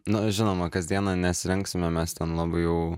nu žinoma kasdieną nesirengsime mes ten labai jau